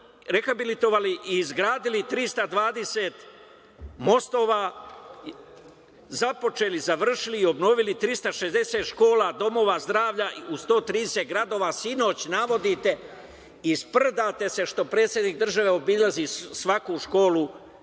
rehabilitovali i izgradili 320 mostova, započeli, završili i obnovili 360 škola, domova zdravlja u 130 gradova, sinoć navodite i sprdate se što predsednik države obilazi svaku školu